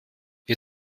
wir